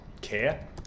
care